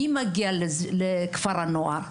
מי מגיע לכפר הנוער?